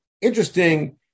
Interesting